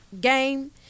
game